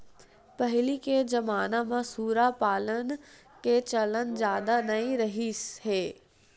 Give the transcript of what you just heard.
पहिली के जमाना म सूरा पालन के चलन जादा नइ रिहिस हे